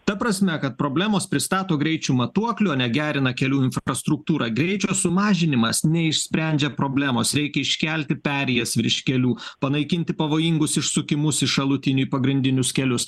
ta prasme kad problemos pristato greičio matuoklių o ne gerina kelių infrastruktūrą greičio sumažinimas neišsprendžia problemos reikia iškelti perėjas virš kelių panaikinti pavojingus išsukimus iš šalutinių į pagrindinius kelius